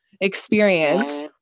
experience